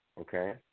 okay